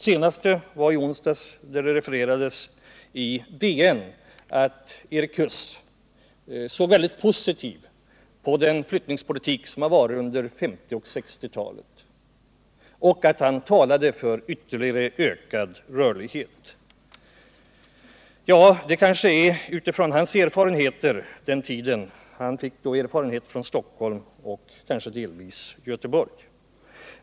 Senast refererades i onsdags i DN att Erik Huss såg mycket positivt på den flyttningspolitik som funnits under 1950 och 1960-talen och att han talade för en ytterligare ökad rörlighet. Hans positiva erfarenheter hänför sig kanske till Stockholm och Göteborg.